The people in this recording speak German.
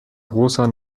großer